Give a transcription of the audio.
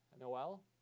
Noel